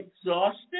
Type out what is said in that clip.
exhausted